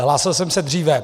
Hlásil jsem se dříve.